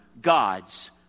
God's